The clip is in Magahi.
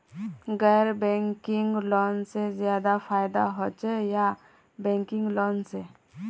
गैर बैंकिंग लोन से ज्यादा फायदा होचे या बैंकिंग लोन से?